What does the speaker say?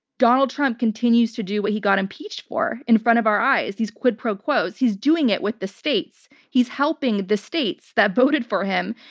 donald trump continues to do what he got impeached for in front of our eyes-these quid pro quos, he's doing it with the states. he's helping the states that voted for him.